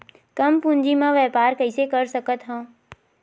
कम पूंजी म व्यापार कइसे कर सकत हव?